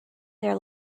their